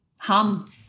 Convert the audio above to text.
hum